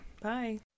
Bye